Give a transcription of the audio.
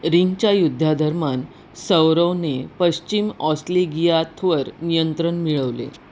रिंच्या युद्धाधर्मान सौरवने पश्चिम ऑस्लिगियाथवर नियंत्रण मिळवले